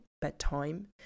bedtime